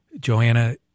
Joanna